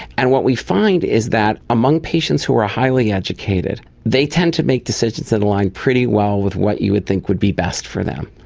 and what we find is that among patients who were highly educated, they tend to make decisions that align pretty well with what you would think would be best for them.